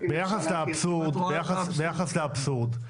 ביחס לאבסורד,